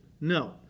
No